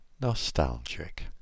Nostalgic